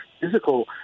physical